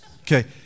Okay